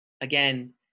again